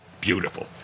Beautiful